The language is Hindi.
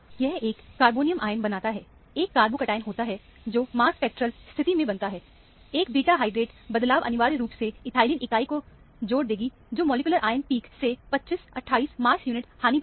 यह एक कार्बोनियम आयन बनता है एक कार्बो कटायन होता है जो मास स्पेक्ट्रेल स्थिति में बनता है एक बीटा हाइड्रेट बदलाव अनिवार्य रूप से इथाईलीन इकाई को छोड़ देगी जो मॉलिक्यूलर आयन पीक से 25 28 मास यूनिट हानि पर है